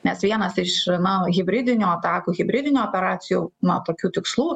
nes vienas iš na hibridinių atakų hibridinių operacijų na tokių tikslų